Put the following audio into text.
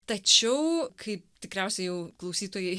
tačiau kaip tikriausiai jau klausytojai